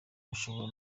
ushobora